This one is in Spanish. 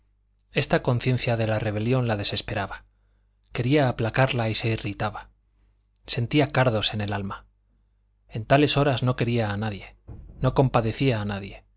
esta conciencia de la rebelión la desesperaba quería aplacarla y se irritaba sentía cardos en el alma en tales horas no quería a nadie no compadecía